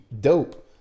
dope